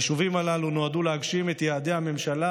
היישובים הללו נועדו להגשים את יעדי הממשלה